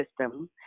System